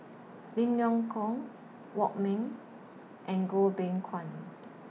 Lim Leong Geok Wong Ming and Goh Beng Kwan